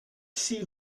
six